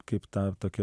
kaip tą tokį